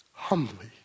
Humbly